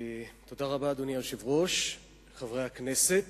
אדוני היושב-ראש, תודה רבה, חברי הכנסת,